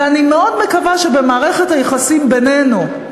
ואני מאוד מקווה שבמערכת היחסים בינינו,